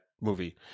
movie